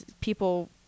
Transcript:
people